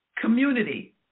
Community